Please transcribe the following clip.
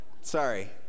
Sorry